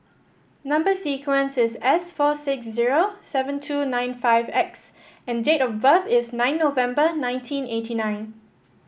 number sequence is S four six zero seven two nine five X and date of birth is nine November nineteen eighty nine